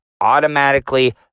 automatically